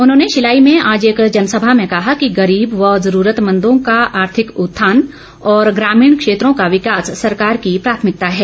उन्होंने शिलाई में आज एक जनसभा में कहा कि गरीब व जरूरतमंदों का आर्थिक उत्थान और ग्रामीण क्षेत्रों का विकास सरकार की प्राथमिकता है